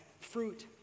fruit